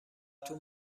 تون